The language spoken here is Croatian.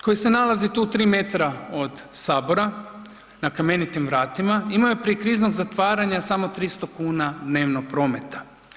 Koji se nalazi tu tri metra od Sabora na Kamenitim vratima imao je prije kriznog zatvaranja samo 300 kuna dnevno prometa.